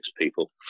people